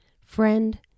Friend